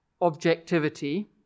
objectivity